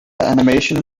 animation